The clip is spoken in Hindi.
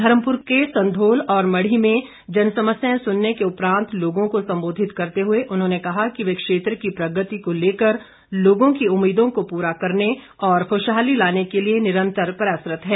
धर्मपुर के संधोल और मढ़ी में जनसमस्याएं सुनने के उपरांत लोगों को संबोधित करते हुए उन्होंने कहा कि वे क्षेत्र की प्रगति को लेकर लोगों की उम्मीदों को पूरा करने और खुशहाली लाने के लिए निरंतर प्रयासरत है